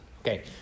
Okay